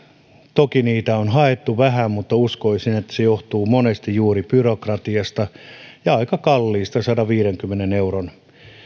toki niitä on haettu vähän mutta uskoisin että se johtuu monesti juuri byrokratiasta ja aika kalliista sadanviidenkymmenen euron